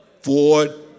Ford